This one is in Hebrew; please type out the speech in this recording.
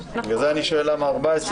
בגלל זה אני שואל למה 14. נכון,